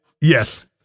Yes